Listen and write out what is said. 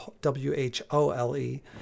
W-H-O-L-E